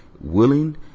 willing